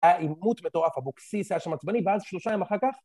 היה עימות מטורף אבוקסיס, היה שם עצבני, ואז שלושה ימים אחר כך...